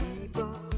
people